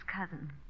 cousin